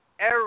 air